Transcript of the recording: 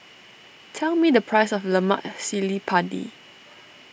tell me the price of Lemak Cili Padi